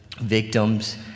victims